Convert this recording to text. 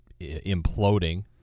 imploding